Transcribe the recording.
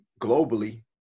globally